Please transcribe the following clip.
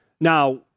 Now